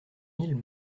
mille